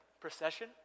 Procession